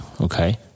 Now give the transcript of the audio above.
okay